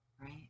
right